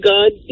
God